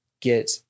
get